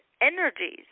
energies